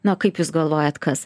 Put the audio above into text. na kaip jūs galvojat kas